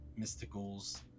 Mysticals